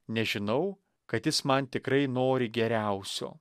nes žinau kad jis man tikrai nori geriausio